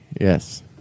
Yes